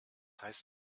heißt